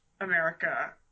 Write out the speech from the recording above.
America